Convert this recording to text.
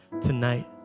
tonight